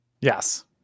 Yes